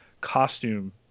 costume